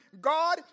God